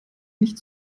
nicht